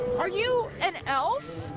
are you an elf?